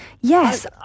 Yes